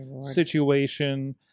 situation